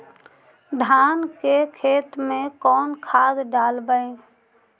धान के खेत में कौन खाद डालबै?